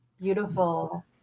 beautiful